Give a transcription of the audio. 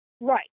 Right